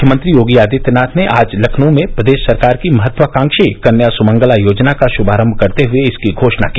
मुख्यमंत्री योगी आदित्यनाथ ने आज लखनऊ में प्रदेश सरकार की महत्वाकांक्षी कन्या सुमंगला योजना का श्मारंभ करते हए इसकी घोषणा की